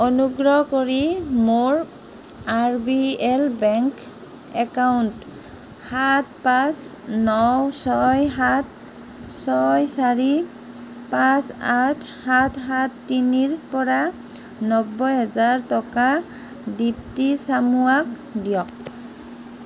অনুগ্ৰহ কৰি মোৰ R B L bank account সাত পাঁচ ন ছয় সাত ছয় চাৰি পাঁচ আঠ সাত সাত তিনিৰপৰা নব্বৈ হেজাৰ টকা দীপ্তী চামুৱাক দিয়ক